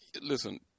listen